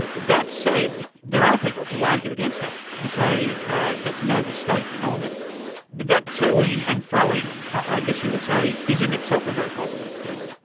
and that said, there are people who argue against that, who say that's an overstatement of it. but that to-ing and fro-ing, i guess you would say is in itself a very positive thing.